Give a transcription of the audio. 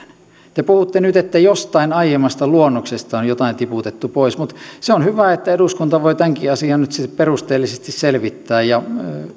te puhutte nyt että jostain aiemmasta luonnoksesta on jotain tiputettu pois se on hyvä että eduskunta voi tämänkin asian nyt sitten perusteellisesti selvittää ja